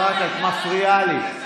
חברת הכנסת ברק, את מפריעה לי.